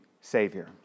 Savior